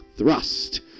thrust